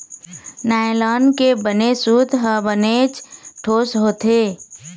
nylon के बने सूत ह बनेच ठोस होथे